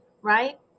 right